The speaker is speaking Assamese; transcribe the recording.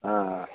অঁ অঁ